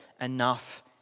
enough